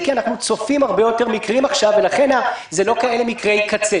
כי אנחנו צופים הרבה יותר מקרים עכשיו ולכן זה מקרי קצה.